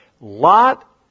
Lot